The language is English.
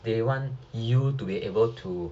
they want you to be able to